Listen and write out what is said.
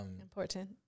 Important